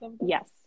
yes